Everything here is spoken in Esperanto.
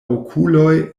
okuloj